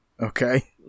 Okay